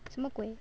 什么鬼